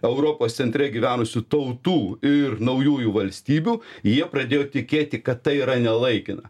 europos centre gyvenusių tautų ir naujųjų valstybių jie pradėjo tikėti kad tai yra ne laikina